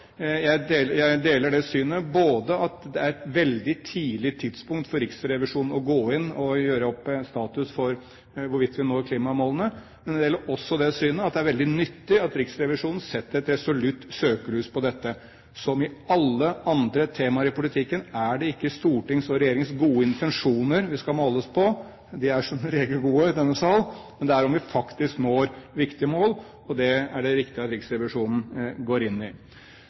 Jeg deler det synet at det er på et veldig tidlig tidspunkt Riksrevisjonen går inn og gjør opp status for hvorvidt vi når klimamålene, og jeg deler også det synet at det er veldig nyttig at Riksrevisjonen setter et resolutt søkelys på dette. Som i alle andre temaer i politikken er det ikke Stortingets og regjeringens gode intensjoner vi skal måles på – de er som regel gode i denne salen – men vi skal måles på om vi faktisk når viktige mål. Det er det viktig at Riksrevisjonen går inn i.